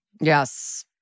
Yes